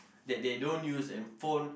that they don't use and phone